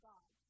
God